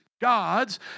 God's